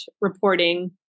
reporting